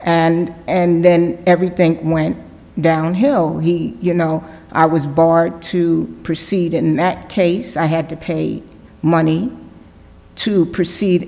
and and then everything went downhill you know i was barred to proceed in that case i had to pay money to proceed